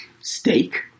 Steak